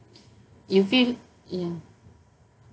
you feel ya